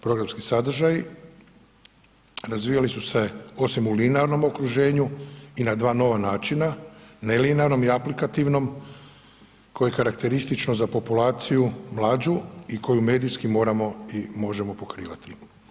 Programski sadržaji razvijali su se osim u linearnom okruženju i na dva nova načina, nelinearnom i aplikativnom koje je karakteristično za populaciju mlađu i koju medijski moramo i možemo pokrivati.